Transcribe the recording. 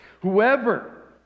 Whoever